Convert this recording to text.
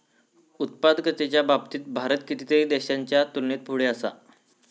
उत्पादकतेच्या बाबतीत भारत कितीतरी देशांच्या तुलनेत पुढे असा